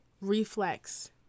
reflex